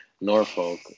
Norfolk